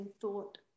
thought